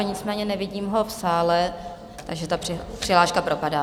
Nicméně nevidím ho v sále, takže ta přihláška propadá.